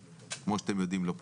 כמו שאתם יודעים, זה לא פשוט.